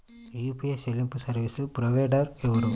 UPI చెల్లింపు service provider ఎవరు?